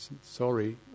sorry